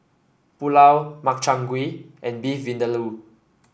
Pulao Makchang Gui and Beef Vindaloo